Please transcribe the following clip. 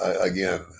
again